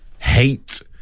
hate